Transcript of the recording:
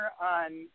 on